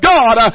God